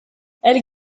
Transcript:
elle